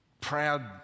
proud